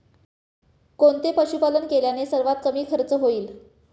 कोणते पशुपालन केल्याने सर्वात कमी खर्च होईल?